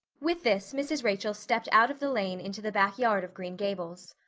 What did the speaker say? with this mrs. rachel stepped out of the lane into the backyard of green gables.